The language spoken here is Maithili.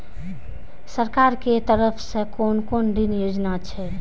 सरकार के तरफ से कोन कोन ऋण योजना छै?